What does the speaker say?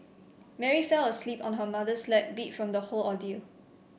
Mary fell asleep on her mother's lap beat from the whole ordeal